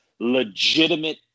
Legitimate